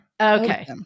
Okay